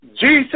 Jesus